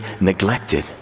neglected